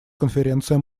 конференция